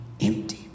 empty